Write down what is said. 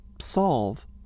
solve